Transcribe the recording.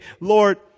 Lord